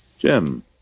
Jim